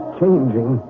changing